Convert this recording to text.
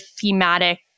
thematic